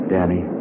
Danny